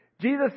Jesus